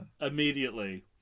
Immediately